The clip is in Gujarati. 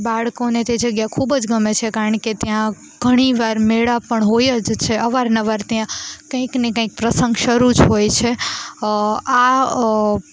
બાળકોને તે જગ્યા ખૂબ જ ગમે છે કારણ કે ત્યાં ઘણી વાર મેળા પણ હોય જ છે અવારનવાર ત્યાં કંઈક ને કંઈક પ્રસંગ શરૂ જ હોય છે આ